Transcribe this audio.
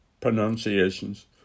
pronunciations